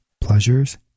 pleasures